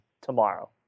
tomorrow